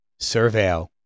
surveil